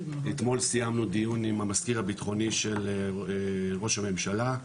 אתמול סיימנו דיון עם המזכיר הבטחוני של ראש הממשלה,